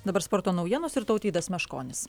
dabar sporto naujienos ir tautvydas meškonis